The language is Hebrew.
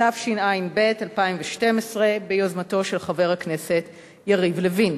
התשע"ב 2012, ביוזמתו של חבר הכנסת יריב לוין.